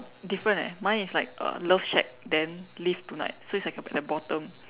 different eh mine is like uh love shack then live tonight so it's like at the bottom